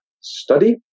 study